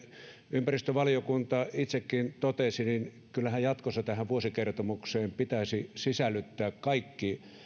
ympäristövaliokunta itsekin totesi niin kyllähän jatkossa tähän vuosikertomukseen pitäisi sisällyttää kaikki